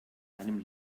einem